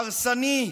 הרסני,